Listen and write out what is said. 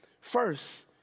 first